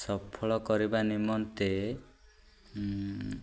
ସଫଳ କରିବା ନିମନ୍ତେ